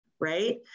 right